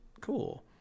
cool